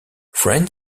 friend